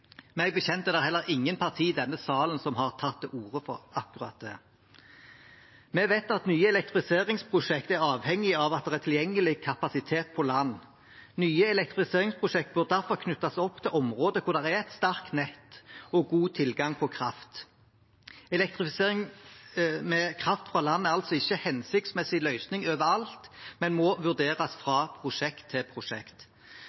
Meg bekjent er det heller ingen partier i denne salen som har tatt til orde for akkurat det. Vi vet at nye elektrifiseringsprosjekter er avhengige av at det er tilgjengelig kapasitet på land. Nye elektrifiseringsprosjekter bør derfor knyttes opp til områder hvor det er et sterkt nett og god tilgang på kraft. Elektrifisering med kraft fra land er altså ikke en hensiktsmessig løsning overalt, men må vurderes